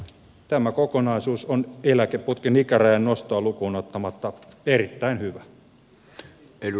tämä kokonaisuus on eläkeputken ikärajan nostoa lukuun ottamatta erittäin hyvä